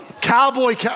cowboy